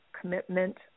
commitment